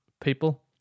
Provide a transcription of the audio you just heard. people